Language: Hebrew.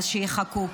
אז שיחכו.